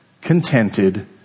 contented